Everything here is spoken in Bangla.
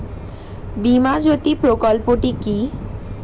বীমা জ্যোতি প্রকল্পটি কি?